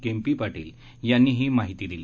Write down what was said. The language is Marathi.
केम्पी पाटील यांनी ही माहिती दिली